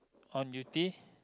on duty